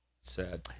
Sad